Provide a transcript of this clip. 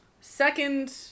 Second